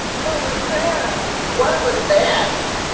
what was that! what was that!